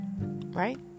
Right